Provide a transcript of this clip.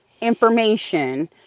information